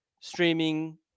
streaming